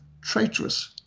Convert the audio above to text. traitorous